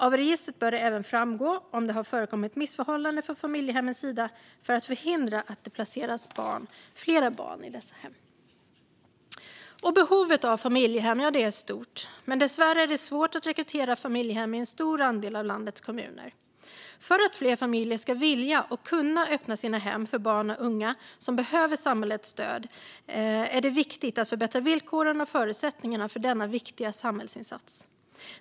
Av registret bör det även framgå om det har förekommit missförhållanden från familjehemmens sida för att förhindra att det placeras fler barn i dessa hem. Behovet av familjehem är stort, men dessvärre är det svårt att rekrytera familjehem i en stor andel av landets kommuner. För att fler familjer ska vilja och kunna öppna sina hem för barn och unga som behöver samhällets stöd är det viktigt att förbättra villkoren och förutsättningarna för denna viktiga samhällsinsats.